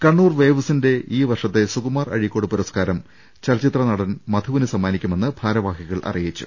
കണ്ണൂർ വേവ് സിന്റെ ഈ വർഷത്തെ സുകുമാർ അഴീക്കോട് പുരസ്കാരം ചലച്ചിത്ര നടൻ മധുവിന് സമ്മാനിക്കുമെന്ന് ഭാരവാഹികൾ അറിയിച്ചു